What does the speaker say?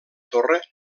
torre